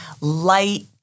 light